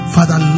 Father